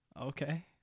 okay